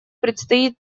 предстоит